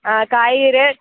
ஆ காய்கறி